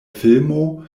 filmo